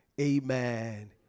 Amen